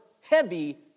heavy